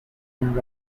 and